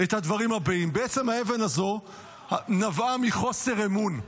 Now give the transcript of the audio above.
את הדברים הבאים: בעצם האבן הזאת נבעה מחוסר אמון.